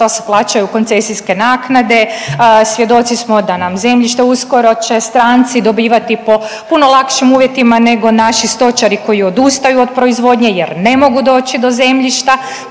šta se plaćaju koncesijske naknade, svjedoci smo da nam zemljište uskoro će stranci dobivati po puno lakšim uvjetima nego naši stočari koji odustaju od proizvodnje jer ne mogu doći do zemljišta